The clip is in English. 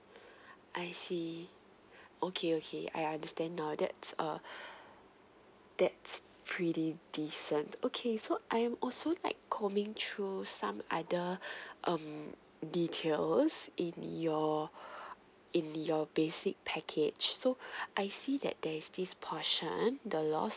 I see okay okay I understand now that's uh that's pretty decent okay so I'm also like coming through some other um details in your in your basic package so I see that there's this portion the lost